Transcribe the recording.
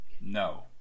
No